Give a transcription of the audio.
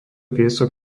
piesok